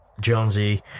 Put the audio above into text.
Jonesy